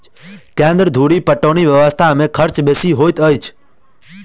केन्द्र धुरि पटौनी व्यवस्था मे खर्च बेसी होइत अछि